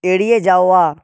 এড়িয়ে যাওয়া